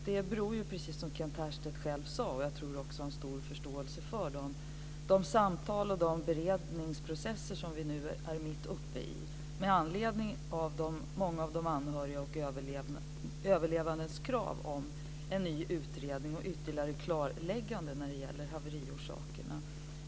Det beror - precis som han själv sade och som han nog har stor förståelse för - på de samtal och de beredningsprocesser som vi nu är mitt uppe i med anledning av många av de anhörigas och de överlevandes krav på en ny utredning och ytterligare klarlägganden när det gäller haveriorsakerna.